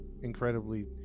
incredibly